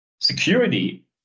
security